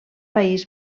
país